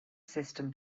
system